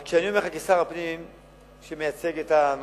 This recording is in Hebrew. אז כשאני אומר לך, כשר הפנים שמייצג את הנושא